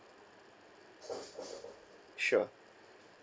sure